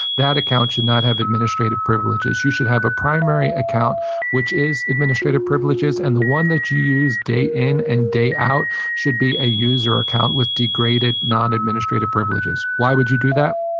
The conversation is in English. that account should not have administrative privileges. you should have a primary account which is administrative privileges, and the one that you use day in and day out should be a user account with degraded, non-administrative privileges. why would you do that?